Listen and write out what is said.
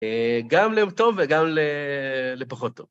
גם ליום טוב וגם לפחות טוב.